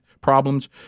problems